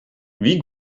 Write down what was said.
wie